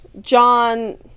John